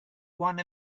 one